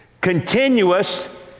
continuous